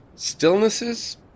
Stillnesses